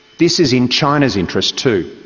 this is in china's interest, too.